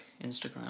Instagram